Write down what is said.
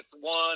one